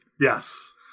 Yes